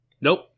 nope